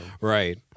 Right